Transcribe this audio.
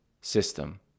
system